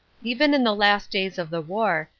even in the last days of the war,